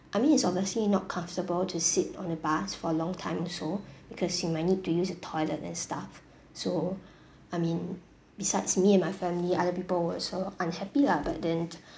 I mean it's obviously not comfortable to sit on the bus for a long time also because you might need to use the toilet and stuff so I mean besides me and my family other people were also unhappy lah but then